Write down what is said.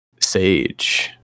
sage